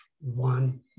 one